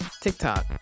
TikTok